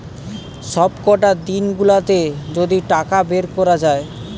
সবকটা দিন গুলাতে যদি টাকা বের কোরা যায়